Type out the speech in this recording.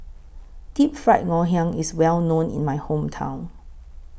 Deep Fried Ngoh Hiang IS Well known in My Hometown